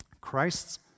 Christ's